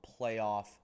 playoff